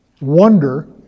wonder